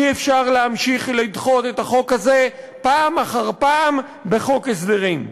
אי-אפשר להמשיך לדחות את החוק הזה פעם אחר פעם בחוק הסדרים.